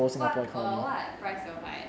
what err what price you all buy